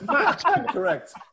correct